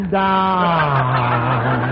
down